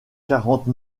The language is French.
quarante